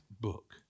book